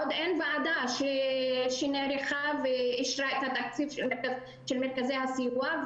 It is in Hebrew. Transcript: עוד אין ועדה שנערכה ואישרה את התקציב של מרכזי הסיוע,